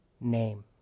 name